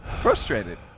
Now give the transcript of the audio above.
frustrated